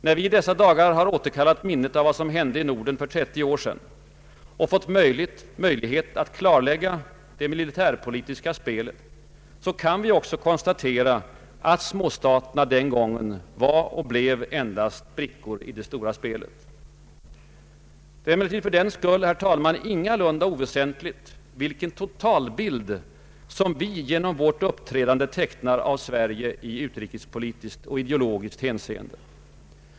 När vi i dessa dagar har återkallat minnet av vad som hände i Norden för 30 år sedan och fått möjlighet att klarlägga det militärpolitiska spelet, kan vi också konstatera att småstaterna den gången var och blev allenast brickor i det stora spelet. Det är emellertid fördenskull, herr talman, ingalunda oväsentligt vilken totalbild som vi genom vårt uppträdande tecknar av Sverige i utrikespolitiskt och ideologiskt hänseende.